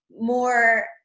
more